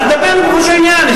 אני מדבר לגופו של עניין.